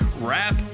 Rap